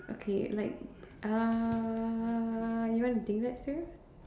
okay like uh you want to think that through